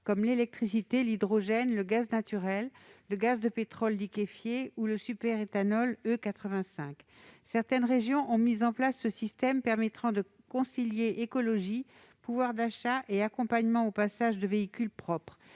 comme l'électricité, l'hydrogène, le gaz naturel, le gaz de pétrole liquéfié ou le superéthanol E85. Certaines régions ont mis en place ce système qui permet de concilier écologie, pouvoir d'achat et accompagnement au passage à un véhicule propre.